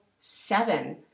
seven